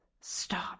stop